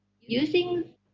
using